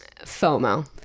FOMO